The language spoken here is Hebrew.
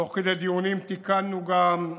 תוך כדי דיונים תיקנו גם,